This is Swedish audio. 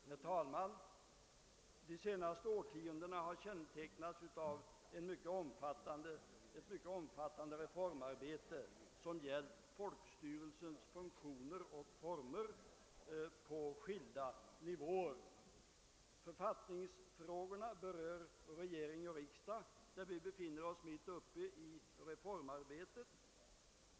Herr talman! De senaste årtiondena har kännetecknats av ett mycket omfattande reformarbete som gällt folkstyrelsens funktioner och former på skilda nivåer. Författningsfrågorna berör regering och riksdag, där vi befinner oss mitt uppe i reformarbetet.